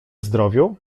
zdrowiu